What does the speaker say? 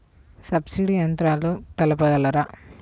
Subsidy యంత్రాలు తెలుపగలరు?